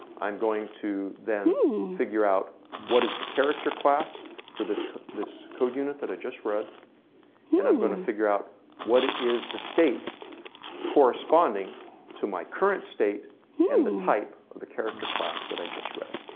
i'm going to then figure out what is the character class for this code this code unit that i just read and i'm going to figure out what is the state corresponding to my current state and the type of the character class that i just read?